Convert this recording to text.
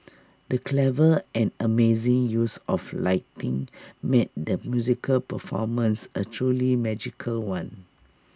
the clever and amazing use of lighting made the musical performance A truly magical one